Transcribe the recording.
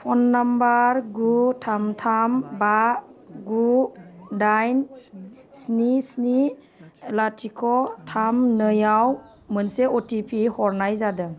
phone number गु थाम थाम बा गु दाइन स्नि स्नि लाथिख' थाम नैआव मोनसे अ टि पि हरनाय जादों